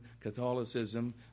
Catholicism